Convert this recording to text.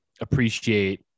appreciate